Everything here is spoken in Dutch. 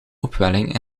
opwelling